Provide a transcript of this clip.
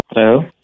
Hello